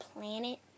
planet